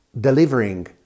delivering